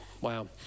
wow